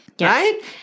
Right